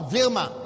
Vilma